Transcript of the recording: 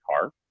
car